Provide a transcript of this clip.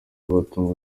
batungwa